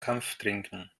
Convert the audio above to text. kampftrinken